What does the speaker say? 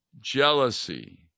jealousy